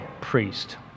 priest